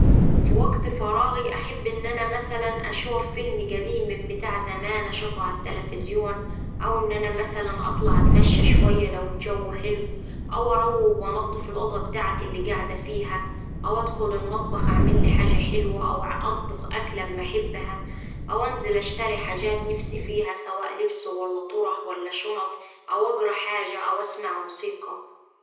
في وقت فراغي أحب إن أنا مثلا أشوف فيلم قديم من بتاع زمان أشوفه على التلفزيون، أو إن أنا مثلا أطلع أتمشا شوية لو الجو حلو أو أروق وأنضف الأوضة بتاعتي اللي قاعدة فيها أو أدخل المطبخ أعملي حاجة حلوة أو أطبخ أكلة أما أحبها أو أنزل اشتري حاجات نفسي فيها سواء لبس ولا طرح ولا شنط أو أقرا حاجة أو أسمع موسيقى.